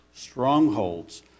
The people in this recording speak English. strongholds